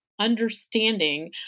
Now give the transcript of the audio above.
understanding